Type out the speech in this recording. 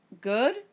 good